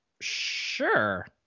sure